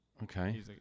Okay